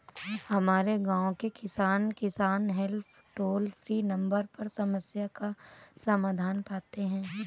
हमारे गांव के किसान, किसान हेल्प टोल फ्री नंबर पर समस्या का समाधान पाते हैं